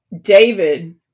David